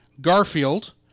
Garfield